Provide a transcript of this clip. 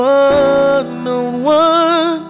one-on-one